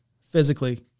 physically